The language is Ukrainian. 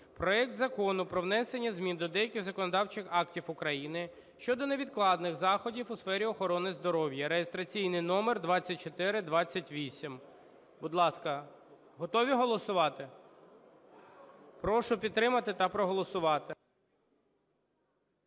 проект Закону про внесення змін до деяких законодавчих актів України щодо невідкладних заходів у сфері охорони здоров'я (реєстраційний номер 2428). Будь ласка, готові голосувати? Прошу підтримати та проголосувати.